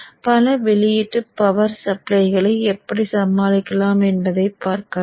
பல வெளியீட்டு பவர் சப்ளைகளை எப்படிச் சமாளிக்கலாம் என்பதையும் பார்க்கலாம்